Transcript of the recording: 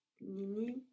nini